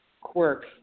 quirk